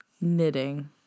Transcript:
knitting